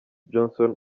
johnson